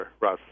Russ